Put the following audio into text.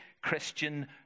Christian